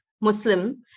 Muslim